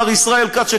מר ישראל כץ,